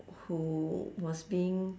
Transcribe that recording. who was being